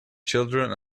children